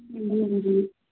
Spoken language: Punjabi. ਜੀ ਜੀ ਜੀ